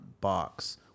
box